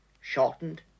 shortened